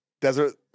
Desert